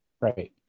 Right